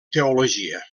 teologia